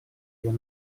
ему